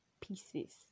pieces